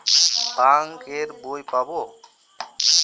Bank এর বই পাবো?